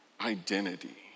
identity